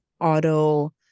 auto